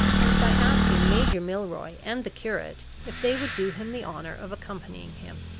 and by asking major milroy and the curate if they would do him the honor of accompanying him.